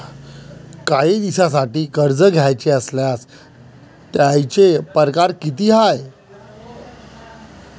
कायी दिसांसाठी कर्ज घ्याचं असल्यास त्यायचे परकार किती हाय?